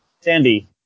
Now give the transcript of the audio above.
Sandy